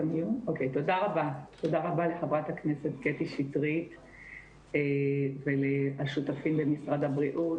תודה רבה לחברת הכנסת קטי שטרית ולשותפים במשרד הבריאות,